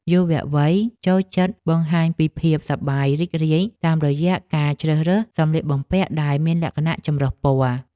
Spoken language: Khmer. យុវវ័យចូលចិត្តបង្ហាញពីភាពសប្បាយរីករាយតាមរយៈការជ្រើសរើសសម្លៀកបំពាក់ដែលមានលក្ខណៈចម្រុះពណ៌។